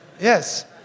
Yes